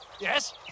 yes